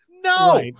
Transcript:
No